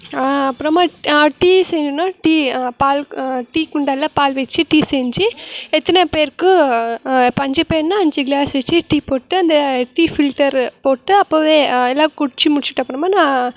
அப்புறமா டீ செய்யணுன்னால் டீ பால் டீ குண்டானில் பால் வெச்சு டீ செஞ்சு எத்தனைப் பேருக்கு இப்போ அஞ்சுப் பேர்னால் அஞ்சு க்ளாஸ் வச்சு டீ போட்டு அந்த டீ ஃபில்ட்டர் போட்டு அப்போவே எல்லாம் குடிச்சு முடிச்சுட்டப்பறமா நான்